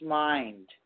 mind